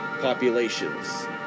populations